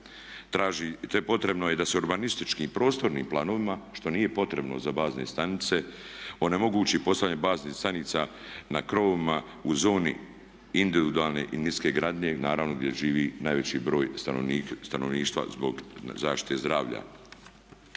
Te potrebno je da se urbanističkim prostornim planovima što nije potrebno za bazne stanice onemogući postavljanje baznih stanica na krovovima u zoni individualne industrijske gradnje, naravno gdje živi najveći broj stanovništva zbog zaštite zdravlja